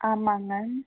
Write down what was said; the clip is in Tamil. ஆமாம்ங்க மேம்